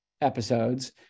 episodes